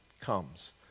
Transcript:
comes